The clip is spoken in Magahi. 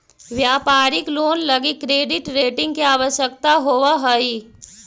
व्यापारिक लोन लगी क्रेडिट रेटिंग के आवश्यकता होवऽ हई